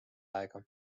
aega